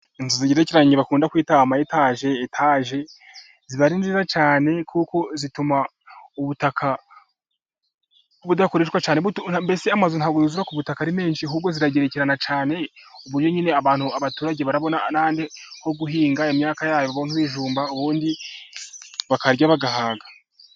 Inzu zigerekeranye bakunda kwita ama etaje; etaje ziba ari nziza cyane kuko zituma ubutaka budakoreshwa cyane mbese zuza amazu ku butaka ari menshi ahubwo ziragerekerana cyane ubundi abantu( abaturage) bakabona aho guhinga imyaka yabo nk' ibijumba ubundi bakarya bagahaga.